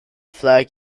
flag